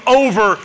over